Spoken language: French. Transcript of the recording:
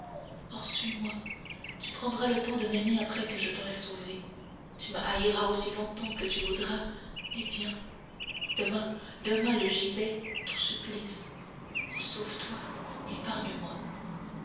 oh suis-moi tu prendras le temps de m'aimer après que je t'aurai sauvée tu me haïras aussi longtemps que tu voudras mais viens demain demain le gibet ton supplice oh sauve-toi épargne moi